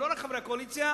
ולא רק לחברי הקואליציה,